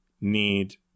need